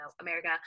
America